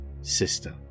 Sister